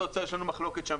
יש לנו מחלוקת עם משרד האוצר.